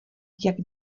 jak